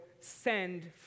send